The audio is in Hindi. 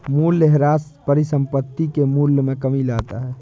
मूलयह्रास परिसंपत्ति के मूल्य में कमी लाता है